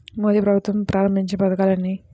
మోదీ ప్రభుత్వం ప్రారంభించిన పథకాలు ఎన్ని?